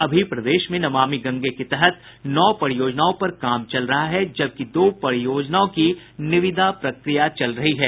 अभी प्रदेश में नमामि गंगे के तहत नौ परियोजनाओं पर काम चल रहा है जबकि दो परियोजनाओं की निविदा प्रक्रिया चल रही है